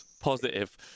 Positive